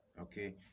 okay